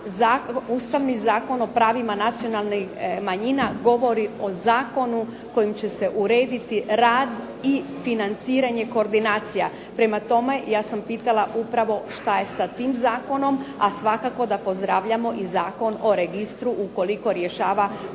ustavni Zakon o pravima nacionalnih manjina govori o zakonu kojim će se urediti rad i financiranje koordinacija. Prema tome, ja sam pitala upravo šta je sa tim zakonom, a svakako da pozdravljamo i Zakon o registru ukoliko rješava kompletno